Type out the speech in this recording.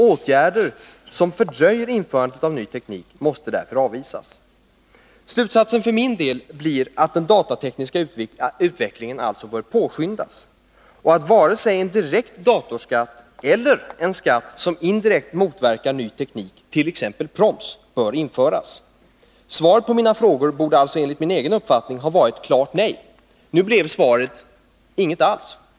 Åtgärder som fördröjer införandet av ny teknik måste därför avvisas. Slutsatsen för min del blir att den datatekniska utvecklingen alltså bör påskyndas och att varken en direkt datorskatt eller en skatt som indirekt motverkar ny teknik, t.ex. proms, bör införas. Svaret på mina frågor borde alltså enligt min egen uppfattning ha varit ett klart nej. Nu blev det inget svar alls.